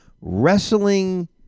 wrestling